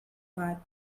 gat